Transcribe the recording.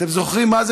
אתם זוכרים מה זה,